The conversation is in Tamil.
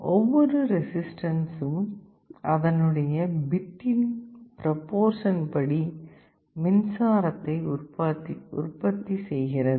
ஒவ்வொரு ரெசிஸ்டன்ஸ்சும் அதனுடைய பிட்டின் ப்ரோபோர்சன்ப்படி மின்சாரத்தை உற்பத்தி செய்கிறது